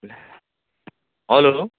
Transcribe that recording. ला हेलो